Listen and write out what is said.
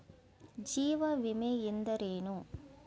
ಜೀವ ವಿಮೆ ಎಂದರೇನು?